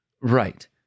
Right